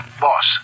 Boss